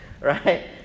Right